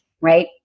right